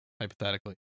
hypothetically